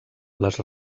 les